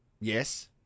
Yes